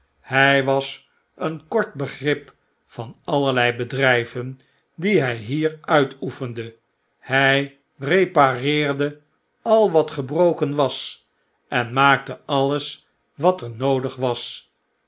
hij was een kort begrip van allerlei bedrijven die hij hier uitoefende hij repareerde al wat gebroken was en maakte alles wat er noodig was